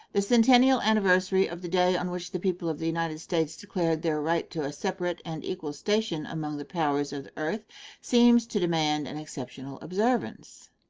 the centennial anniversary of the day on which the people of the united states declared their right to a separate and equal station among the powers of the earth seems to demand an exceptional observance.